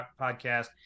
podcast